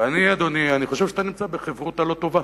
ואני, אדוני, אני חושב שאתה נמצא בחברותא לא טובה.